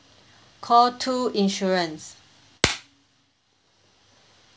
call two insurance